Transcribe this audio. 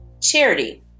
charity